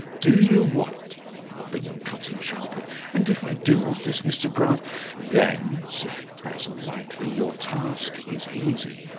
do you want bingham cut in sharply and if i do want this, mr grant then, said basil lightly, your task is easy.